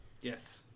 Yes